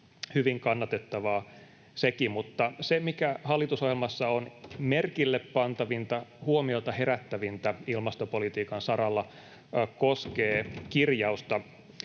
hyvin kannatettavaa sekin. Mutta se, mikä hallitusohjelmassa on merkille pantavinta, huomiota herättävintä ilmastopolitiikan saralla, koskee kirjausta,